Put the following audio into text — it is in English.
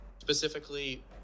specifically